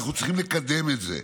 אנחנו צריכים לקדם את זה.